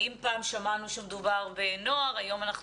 אם פעם שמענו שמדובר בנוער, היום אנחנו